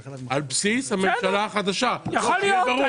יכול להיות.